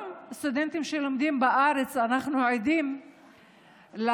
גם אצל סטודנטים שלומדים בארץ אנחנו עדים לאתגרים